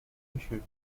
pressure